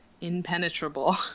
impenetrable